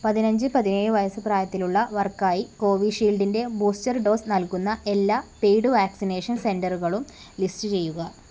പതിനഞ്ച് പതിനേഴ് വയസ്സ് പ്രായത്തിലുള്ളവർക്കായി കോവിഷീൽഡിൻ്റെ ബൂസ്റ്റർ ഡോസ് നൽകുന്ന എല്ലാ പെയ്ഡ് വാക്സിനേഷൻ സെൻ്ററുകളും ലിസ്റ്റ് ചെയ്യുക